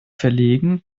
verlegen